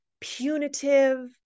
punitive